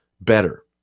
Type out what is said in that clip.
better